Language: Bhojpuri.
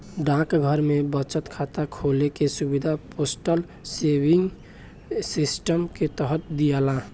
डाकघर में बचत खाता खोले के सुविधा पोस्टल सेविंग सिस्टम के तहत दियाला